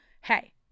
hey